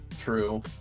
True